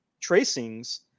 tracings